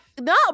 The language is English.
No